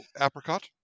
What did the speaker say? apricot